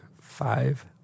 Five